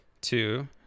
Two